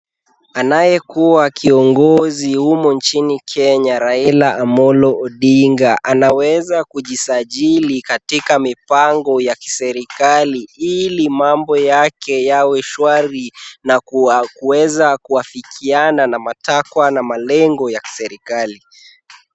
Anayekua kiongozi humu nchini Kenya Raila Amollo Odinga anaweza kujisajili katika mipango ya kiserikali ili mambo yake yawe shwari na kuweza kuafikiana na matakwa na malengo ya kiserikali.